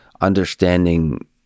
understanding